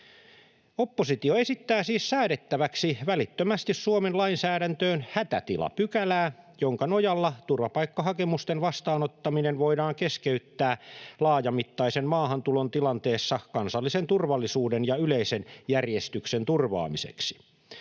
Oppositio esittää siis säädettäväksi välittömästi Suomen lainsäädäntöön hätätilapykälää, jonka nojalla turvapaikkahakemusten vastaanottaminen voidaan keskeyttää laajamittaisen maahantulon tilanteessa kansallisen turvallisuuden ja yleisen järjestyksen turvaamiseksi.